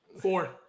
Four